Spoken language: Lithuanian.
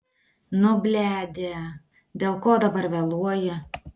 nu bledė dėl ko dabar vėluoji